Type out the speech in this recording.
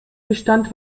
bestand